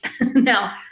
now